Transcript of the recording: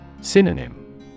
Synonym